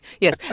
Yes